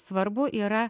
svarbu yra